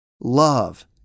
love